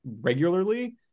regularly